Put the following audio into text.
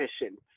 efficient